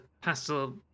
pastel